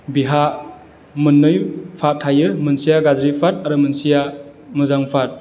बिहा मोननै पार्ट थायो मोनसेया गाज्रि पार्ट आरो मोनसे मोजां पार्ट